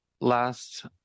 last